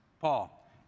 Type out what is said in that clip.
Paul